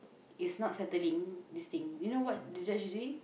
is not settling this thing you know what this actually